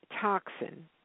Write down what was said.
toxin